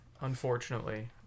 Unfortunately